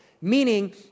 Meaning